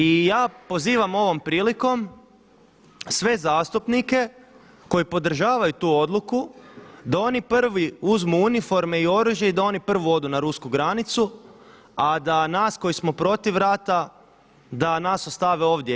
I ja pozivam ovom prilikom sve zastupnike koji podržavaju tu odluku da oni prvi uzmu uniforme i oružje i da oni prvi odu na rusku granicu, a da nas koji smo protiv rata, da nas ostave ovdje.